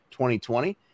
2020